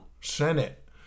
senate